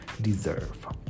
deserve